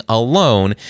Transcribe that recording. alone